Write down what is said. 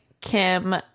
Kim